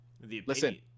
Listen